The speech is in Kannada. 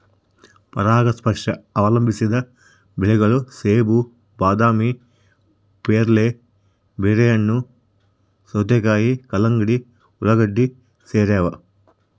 ಪರಾಗಸ್ಪರ್ಶ ಅವಲಂಬಿಸಿದ ಬೆಳೆಗಳು ಸೇಬು ಬಾದಾಮಿ ಪೇರಲೆ ಬೆರ್ರಿಹಣ್ಣು ಸೌತೆಕಾಯಿ ಕಲ್ಲಂಗಡಿ ಉಳ್ಳಾಗಡ್ಡಿ ಸೇರವ